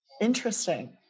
interesting